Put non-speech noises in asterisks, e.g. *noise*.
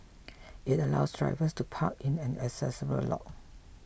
*noise* it allows drivers to park in an accessible lot